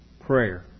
Prayer